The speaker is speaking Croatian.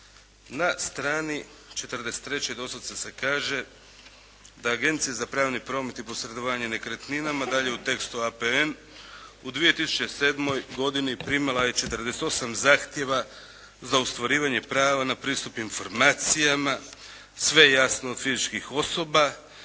Na stranici 43. doslovce se kaže da Agencije za pravni promet i posredovanje nekretninama dalje u tekstu APN u 2007. godini primila je 48 zahtjeva za ostvarivanje prava na pristup informacijama sve jasno od fizičkih osoba